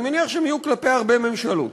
אני מניח שהן יהיו כלפי הרבה ממשלות.